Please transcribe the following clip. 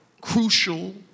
crucial